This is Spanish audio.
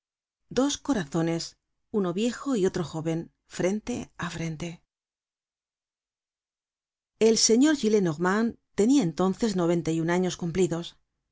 dos corazones uno viejo y otro jóven frente a frente el señor gillenormand tenia entonces noventa y un años cumplidos